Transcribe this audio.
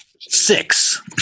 Six